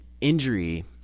injury